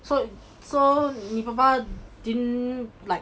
so so 你爸爸 didn't like